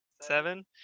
Seven